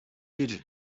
urged